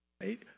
Right